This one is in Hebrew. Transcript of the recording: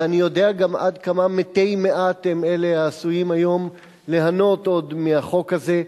ואני יודע גם עד כמה מתי מעט הם אלה העשויים היום ליהנות עוד מהחוק הזה.